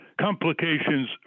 complications